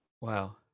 Wow